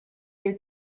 your